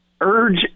urge